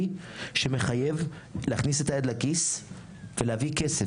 שמחייב להכניס את היד לכיס ולהביא כסף.